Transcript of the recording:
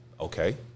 Okay